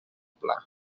pla